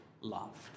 loved